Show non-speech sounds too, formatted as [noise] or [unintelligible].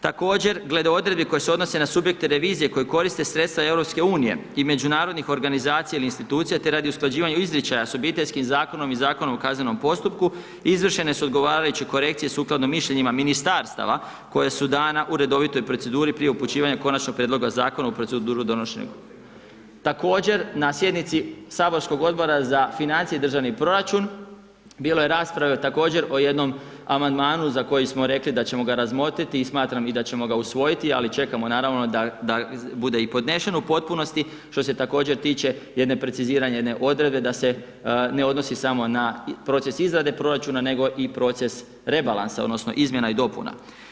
Također glede odredbi koje se odnose na subjekte revizije koje korite sredstva EU i međunarodnih organizacija i insinuacija te radi usklađivanja izričaja s obiteljskim zakonom i Zakonom o kaznenom postupku, izvršene su odgovarajuće korekcije sukladno mišljenima ministarstava koje su dana u redovitoj proceduru prije upućivanja konačnog prijedloga zakona u proceduru … [unintelligible] Također na sjednici saborskog Odbora za financije i državni proračun, bilo je rasprave također o jednom amandmanu, za koji smo rekli da ćemo ga razmotriti i smatram i da ćemo ga usvojiti, ali čekom naravno da bude i podnesen u potpunosti, što se također tiče jedne precizirane odredbe, da se ne odnosi samo na proces izrade proračuna, nego i proces rebalansa, odnosno, izmjena i dopuna.